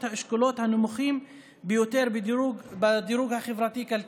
האשכולות הנמוכים ביותר בדירוג החברתי-כלכלי,